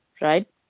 right